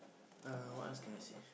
uh what else can I say